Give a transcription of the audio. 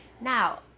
Now